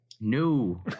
No